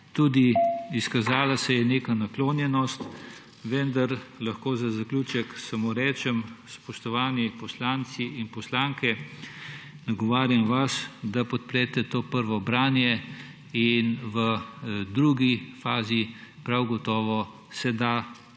Izkazala se je tudi neka naklonjenost. Vendar lahko za zaključek samo rečem, spoštovani poslanci in poslanke, nagovarjam vas, da podprete to prvo branje in da se da v drugi fazi prav gotovo